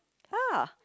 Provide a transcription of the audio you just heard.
ah